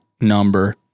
number